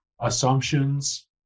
assumptions